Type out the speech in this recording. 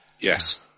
Yes